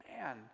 Man